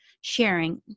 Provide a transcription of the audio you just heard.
sharing